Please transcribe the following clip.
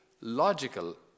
logical